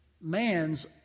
man's